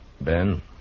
Ben